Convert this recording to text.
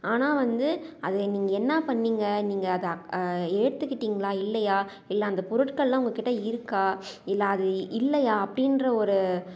ஆனால் வந்து அது நீங்கள் என்ன பண்ணீங்க நீங்கள் அதை அக் ஏற்றுக்கிட்டீங்களா இல்லையா இல்லை அந்தப் பொருட்கள்லாம் உங்கள்கிட்ட இருக்கா இல்லை அது இல்லையா அப்படீன்ற ஒரு